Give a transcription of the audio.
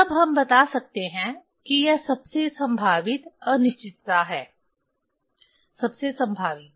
तब हम बता सकते हैं कि यह सबसे संभावित अनिश्चितता है सबसे संभावित